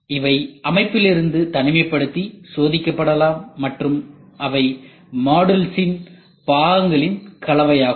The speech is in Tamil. அவை அமைப்பிலிருந்து தனிமைப்படுத்தி சோதிக்கப்படலாம் மற்றும் அவை மாடுல்ஸ்சின் பாகங்களின் கலவையாகும்